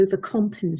overcompensate